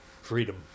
freedom